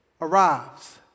arrives